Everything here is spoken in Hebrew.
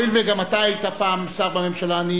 הואיל וגם אתה היית פעם שר בממשלה,